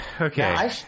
Okay